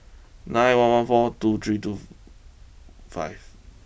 nine one one four two three Tofu five